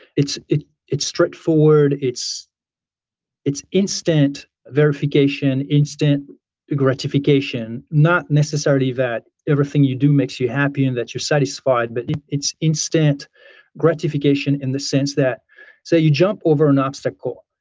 it's it's straightforward, it's it's instant verification, instant gratification. not necessarily that everything you do makes you happy and that you're satisfied, but it's instant gratification in the sense that so you jump over an obstacle,